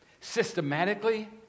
systematically